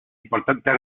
importantes